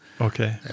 okay